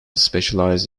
specialized